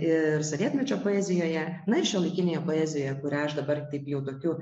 ir sovietmečio poezijoje na šiuolaikinėje poezijoje kurią aš dabar jau tokiu